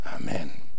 Amen